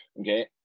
Okay